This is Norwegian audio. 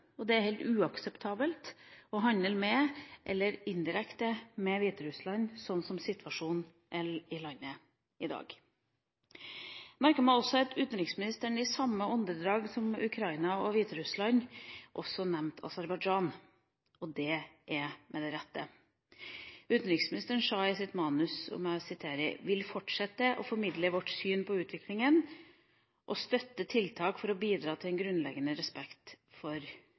Det er helt uakseptabelt å forhandle, om enn indirekte, med Hviterussland, sånn som situasjonen er i landet i dag. Jeg merket meg at utenriksministeren i samme åndedrag som han nevnte Ukraina og Hviterussland, også nevnte Aserbajdsjan – og det med rette. Utenriksministeren sa i sitt innlegg, som jeg siterer: Vi vil «fortsette å formidle vårt syn på utviklingen i landet, og vi støtter tiltak for å bidra til at grunnleggende